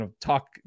talk